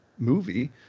Movie